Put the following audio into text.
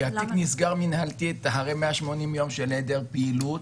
כי התיק נסגר מנהלתית אחרי 180 יום של היעדר פעילות.